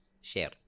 share